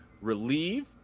relieve